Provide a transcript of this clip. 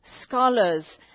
scholars